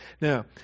Now